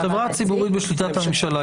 החברה היא ציבורית בשליטת הממשלה,